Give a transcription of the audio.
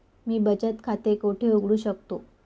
मी बचत खाते कोठे उघडू शकतो?